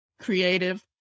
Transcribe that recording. creative